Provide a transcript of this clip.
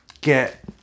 get